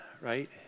right